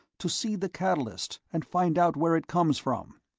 to see the catalyst and find out where it comes from,